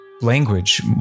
language